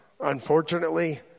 unfortunately